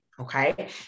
okay